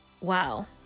Wow